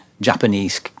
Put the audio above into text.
Japanese